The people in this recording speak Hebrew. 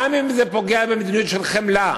גם אם זה פוגע במדיניות של חמלה,